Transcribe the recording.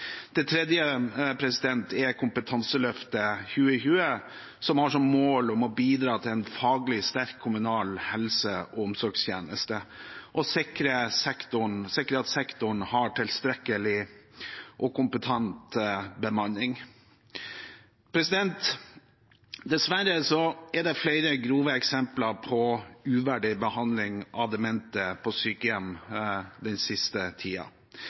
Det tredje er Kompetanseløft 2020, som har som mål å bidra til en faglig sterk kommunal helse- og omsorgstjeneste og sikre at sektoren har tilstrekkelig og kompetent bemanning. Dessverre har det vært flere grove eksempler på uverdig behandling av demente på sykehjem den siste